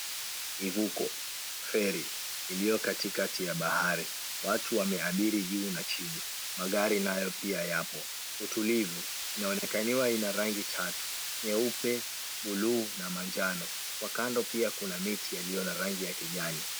Kivuko, feri ilio katikati ya bahari. Watu wameabiri juu na chini. Magari nayo pia yapo. Utulivu. Inaonekaniwa ina rangi tatu nyeupe, buluu na manjano. Kwa kando pia kuna miti ilio na rangi ya kijani.